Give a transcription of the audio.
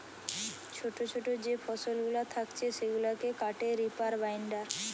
ছোটো ছোটো যে ফসলগুলা থাকছে সেগুলাকে কাটে রিপার বাইন্ডার